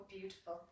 beautiful